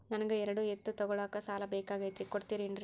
ನನಗ ಎರಡು ಎತ್ತು ತಗೋಳಾಕ್ ಸಾಲಾ ಬೇಕಾಗೈತ್ರಿ ಕೊಡ್ತಿರೇನ್ರಿ?